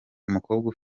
umukobwa